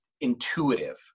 intuitive